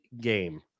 game